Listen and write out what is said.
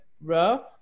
row